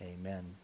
Amen